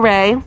Ray